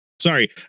Sorry